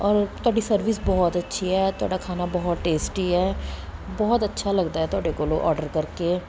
ਔਰ ਤੁਹਾਡੀ ਸਰਵਿਸ ਬਹੁਤ ਅੱਛੀ ਹੈ ਤੁਹਾਡਾ ਖਾਣਾ ਬਹੁਤ ਟੇਸਟੀ ਹੈ ਬਹੁਤ ਅੱਛਾ ਲੱਗਦਾ ਹੈ ਤੁਹਾਡੇ ਕੋਲੋਂ ਔਡਰ ਕਰਕੇ